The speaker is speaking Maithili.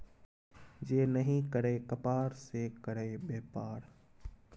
जे नहि करय कपाड़ से करय बेपार